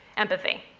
empathy.